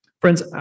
Friends